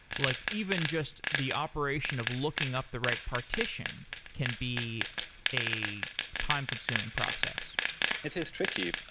like even just the operation of looking up the right partition can be a time consuming process it is tricky